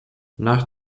nach